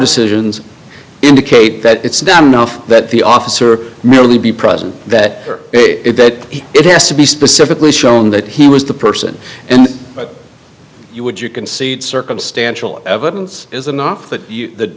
decisions indicate that it's done enough that the officer may only be present that it that it has to be specifically shown that he was the person and you would you concede circumstantial evidence is enough